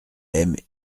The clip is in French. aime